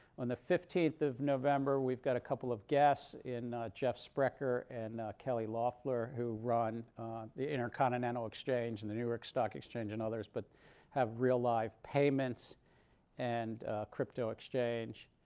on the fifteenth of november we've got a couple of guests in jeff sprecher and kelly loeffler, who run the intercontinental exchange and the new york stock exchange and others, but have real live payments and crypto exchange.